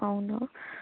అవును